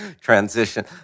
transition